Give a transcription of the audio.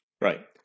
Right